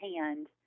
hand